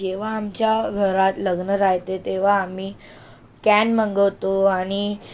जेव्हा आमच्या घरात लग्न राहते तेव्हा आम्ही कॅन मागवतो आणि